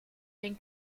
den